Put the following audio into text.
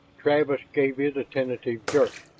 travis gave it a tentative jerk,